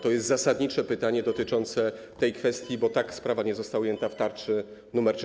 To jest zasadnicze pytanie dotyczące tej kwestii, bo ta sprawa nie została ujęta w tarczy nr 3.